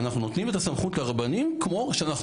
ואנחנו נותנים את הסמכות לרבנים כמו שאנחנו